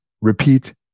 repeat